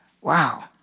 Wow